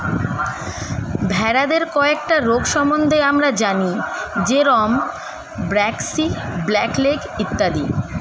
ভেড়াদের কয়েকটা রোগ সম্বন্ধে আমরা জানি যেরম ব্র্যাক্সি, ব্ল্যাক লেগ ইত্যাদি